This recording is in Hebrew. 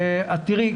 תראי,